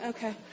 Okay